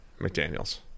McDaniels